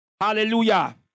Hallelujah